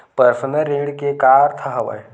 Personal ऋण के का अर्थ हवय?